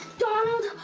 donald!